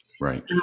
Right